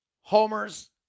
homers